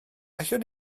allwn